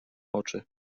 oczy